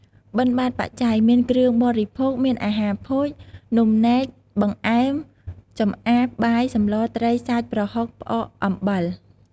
បិណ្ឌបាត្របច្ច័យ មានគ្រឿងបរិភោគ មានអាហារភោជន នំនែក បង្អែម ចំអាប បាយ សម្ល ត្រី សាច់ ប្រហុក ផ្អក អំបិល។